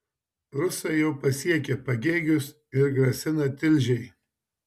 rusai jau pasiekė pagėgius ir grasina tilžei